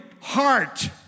heart